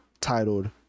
titled